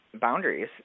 boundaries